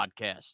podcast